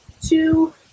two